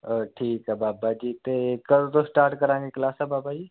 ਠੀਕ ਹੈ ਬਾਬਾ ਜੀ ਅਤੇ ਕਦੋਂ ਤੋਂ ਸਟਾਰਟ ਕਰਾਂਗੇ ਕਲਾਸਾਂ ਬਾਬਾ ਜੀ